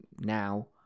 now